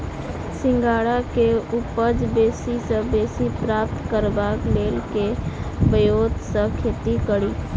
सिंघाड़ा केँ उपज बेसी सऽ बेसी प्राप्त करबाक लेल केँ ब्योंत सऽ खेती कड़ी?